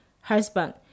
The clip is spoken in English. husband